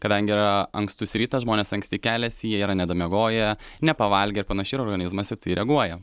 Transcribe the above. kadangi yra ankstus rytas žmonės anksti keliasi jie yra nedamiegoję nepavalgę ir panašiai ir organizmas į tai reaguoja